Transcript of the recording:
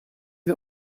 wir